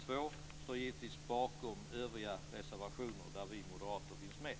Jag står givetvis bakom övriga reservationer där vi moderater finns med.